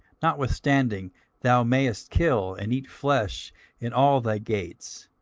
notwithstanding thou mayest kill and eat flesh in all thy gates,